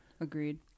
Agreed